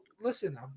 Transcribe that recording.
listen